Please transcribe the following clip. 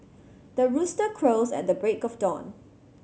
the rooster crows at the break of dawn